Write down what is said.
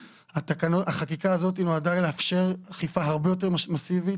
החקיקה הזאת נועדה לאפשר אכיפה הרבה יותר מסיבית